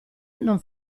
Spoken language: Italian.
non